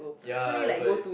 ya that's why